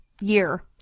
year